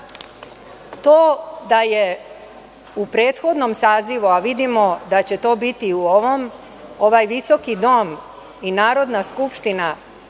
To da je u prethodnom sazivu, a vidimo da će to biti i u ovom, ovaj visoki dom i Narodna skupština